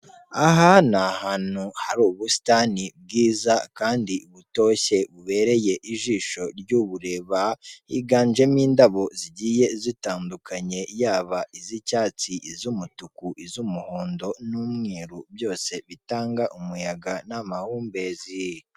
Aha ni hantu hari ubusitani bwiza kandi butoshye bubereye ijisho ry'ubureba, higanjemo indabo zigiye zitandukanye yaba iz'icyatsi iz'umutuku, iz'umuhondo n'umweru byose bitanga umuyaga n'amahumbezi.